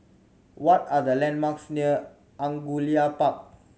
what are the landmarks near Angullia Park